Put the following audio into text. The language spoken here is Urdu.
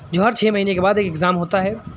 جو ہر چھ مہینے کے بعد ایک ایگزام ہوتا ہے